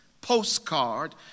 postcard